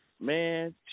Man